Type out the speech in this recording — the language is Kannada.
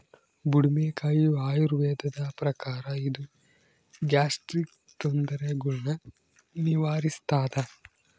ಬುಡುಮೆಕಾಯಿ ಆಯುರ್ವೇದದ ಪ್ರಕಾರ ಇದು ಗ್ಯಾಸ್ಟ್ರಿಕ್ ತೊಂದರೆಗುಳ್ನ ನಿವಾರಿಸ್ಥಾದ